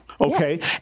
okay